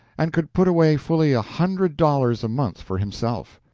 and could put away fully a hundred dollars a month for himself.